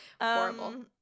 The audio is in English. Horrible